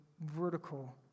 vertical